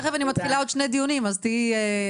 תכף אני מתחילה עוד שני דיונים, אז תהיי זמינה.